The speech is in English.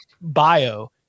bio